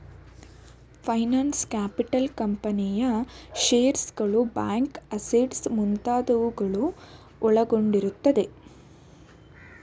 finance capital ಕಂಪನಿಯ ಶೇರ್ಸ್ಗಳು, bank assets ಮುಂತಾದವುಗಳು ಒಳಗೊಂಡಿರುತ್ತದೆ